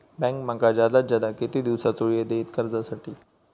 Bank माका जादात जादा किती दिवसाचो येळ देयीत कर्जासाठी?